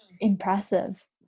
impressive